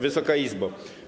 Wysoka Izbo!